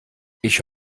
ich